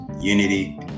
unity